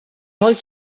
molt